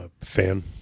fan